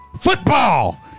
football